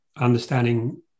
understanding